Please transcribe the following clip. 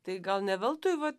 tai gal ne veltui va